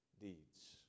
deeds